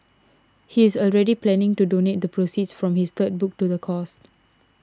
he is already planning to donate the proceeds from his third book to the cause